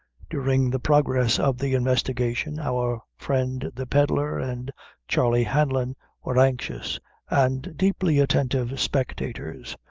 during the progress of the investigation, our friend the pedlar and charley hanlon were anxious and deeply attentive spectators.